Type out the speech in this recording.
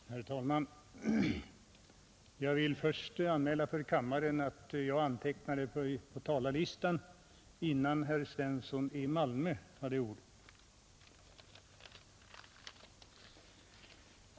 bygdens elektrifi Herr talman! Jag vill först anmäla för kammaren att jag antecknade ering mig på talarlistan innan herr Svensson i Malmö hade ordet.